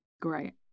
Great